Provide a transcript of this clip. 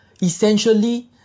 Essentially